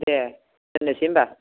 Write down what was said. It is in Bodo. दे दोननोसै होमब्ला